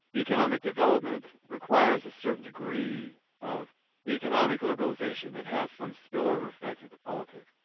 economic development requires a certain degree of economic liberalisation that has some spillover effect into politics.